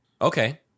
Okay